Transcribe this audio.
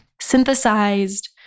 synthesized